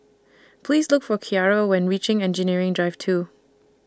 Please Look For Kiara when reaching Engineering Drive two